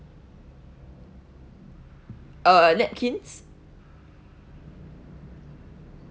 err napkins